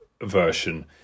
version